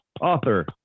author